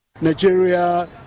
Nigeria